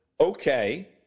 okay